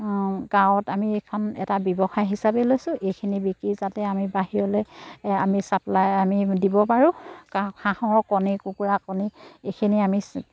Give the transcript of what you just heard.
গাঁৱত আমি এইখন এটা ব্যৱসায় হিচাপে লৈছোঁ এইখিনি বিকি যাতে আমি বাহিৰলৈ আমি চাপ্লাই আমি দিব পাৰোঁ হাঁহৰ কণী কুকুৰা কণী এইখিনি আমি